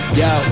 yo